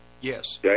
Yes